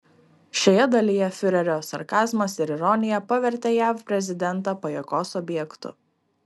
šioje dalyje fiurerio sarkazmas ir ironija pavertė jav prezidentą pajuokos objektu